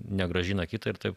negrąžina kitai ir taip